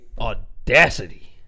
audacity